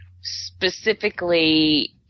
specifically